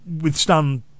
withstand